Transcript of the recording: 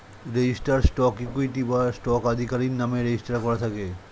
registered stock equity বা stock আধিকারির নামে রেজিস্টার করা থাকে